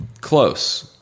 Close